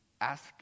ask